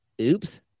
Oops